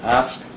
ask